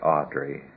Audrey